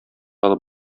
алып